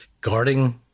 guarding